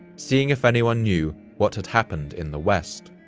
seeing if anyone knew what had happened in the west.